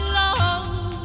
love